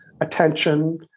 attention